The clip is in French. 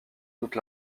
toute